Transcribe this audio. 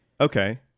Okay